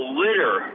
litter